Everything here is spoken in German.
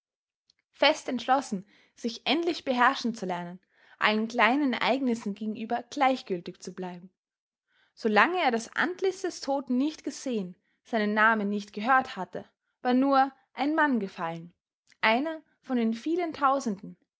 fest entschlossen sich endlich beherrschen zu lernen allen kleinen ereignissen gegenüber gleichgültig zu bleiben so lange er das antlitz des toten nicht gesehen seinen namen nicht gehört hatte war nur ein mann gefallen einer von den vielen tausenden